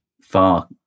far